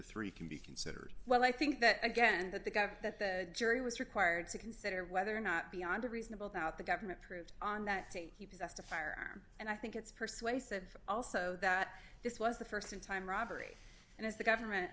three can be considered well i think that again that the guy that the jury was required to consider whether or not beyond a reasonable doubt the government proved on that tape he possessed a firearm and i think it's persuasive also that this was the st time robbery and as the government